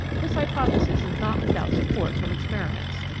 this hypothesis is not without support from experiments.